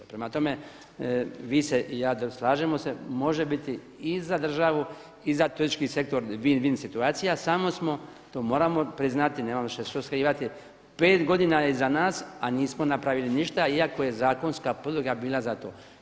Prema tome, vi se i ja slažemo se, može biti i za državu i za turistički sektor win-win situacija samo smo, to moramo priznati, nemamo više što skrivati, 5 godina je iza nas a nismo napravili ništa iako je zakonska podloga bila za to.